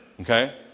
Okay